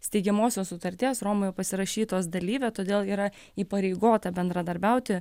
steigiamosios sutarties romoje pasirašytos dalyvė todėl yra įpareigota bendradarbiauti